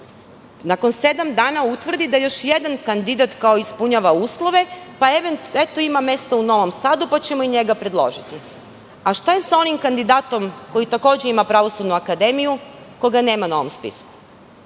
nakon sedam utvrdi da još jedan kandidat kao ispunjava uslove, pa eto ima mesta u Novom Sadu, pa ćemo i njega predložiti? Šta je sa onim kandidatom koji takođe ima Pravosudnu akademiju koga nema na ovom spisku?